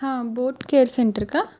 हां boat care centre का